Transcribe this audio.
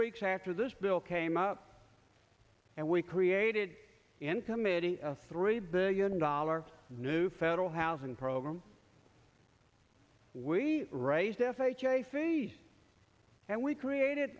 weeks after this bill came up and we created in committee a three billion dollars new federal housing program we raised f h a fees and we created